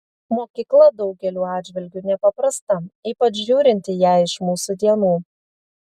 mokykla daugeliu atžvilgiu nepaprasta ypač žiūrint į ją iš mūsų dienų